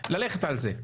ללכת על זה.